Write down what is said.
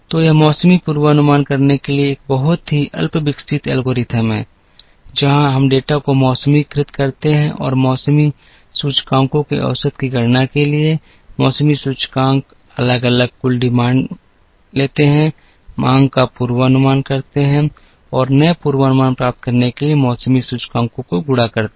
तो यह मौसमी पूर्वानुमान करने के लिए एक बहुत ही अल्पविकसित एल्गोरिथ्म है जहां हम डेटा को मौसमीकृत करते हैं मौसमी सूचकांकों के औसत की गणना के लिए मौसमी सूचकांक अलग अलग कुल मांगें लेते हैं मांग का पूर्वानुमान करते हैं और नए पूर्वानुमान प्राप्त करने के लिए मौसमी सूचकांकों को गुणा करते हैं